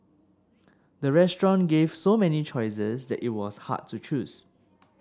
the restaurant gave so many choices that it was hard to choose